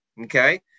okay